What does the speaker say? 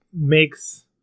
makes